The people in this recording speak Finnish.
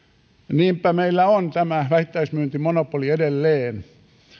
niinpä meillä on tämä vähittäismyyntimonopoli edelleen